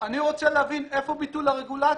אני רוצה להבין איפה ביטול הרגולציה.